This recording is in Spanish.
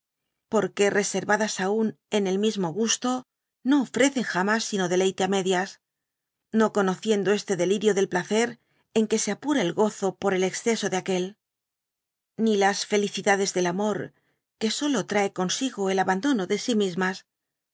porque reservadas aullen el mismo gnsto no ofrecen jamas sino deleite á medias no conociendo este delirio del placer en que se apura el gozo por el exceso de aquel ni las felicidades del amor que solo trae consigo el abandono de si mismas